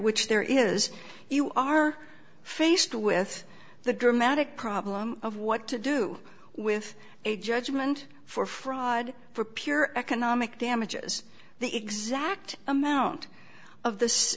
which there is you are faced with the dramatic problem of what to do with a judgment for fraud for pure economic damages the exact amount of this